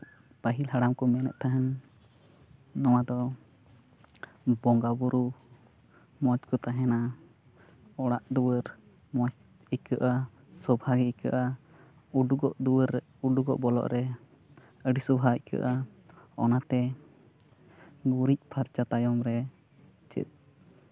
ᱯᱟᱹᱦᱤᱞ ᱦᱟᱲᱟᱢ ᱠᱚ ᱢᱮᱱᱮᱫ ᱛᱟᱦᱮᱱ ᱱᱚᱣᱟᱫᱚ ᱵᱚᱸᱜᱟᱼᱵᱳᱨᱳ ᱢᱚᱡᱽ ᱠᱚ ᱛᱟᱦᱮᱱᱟ ᱚᱲᱟᱜ ᱫᱩᱣᱟᱹᱨ ᱢᱚᱡᱽ ᱤᱠᱟᱹᱜᱼᱟ ᱥᱚᱵᱷᱟᱜᱮ ᱤᱠᱟᱹᱜᱼᱟ ᱩᱰᱩᱜᱚᱜ ᱫᱩᱣᱟᱹᱨ ᱩᱰᱩᱜᱚᱜ ᱵᱚᱞᱚᱜ ᱨᱮ ᱟᱹᱰᱤ ᱥᱳᱵᱷᱟ ᱤᱠᱟᱹᱜᱼᱟ ᱚᱱᱟᱛᱮ ᱜᱩᱨᱤᱡ ᱯᱷᱟᱨᱪᱟ ᱛᱟᱭᱚᱢ ᱨᱮ ᱪᱮᱫ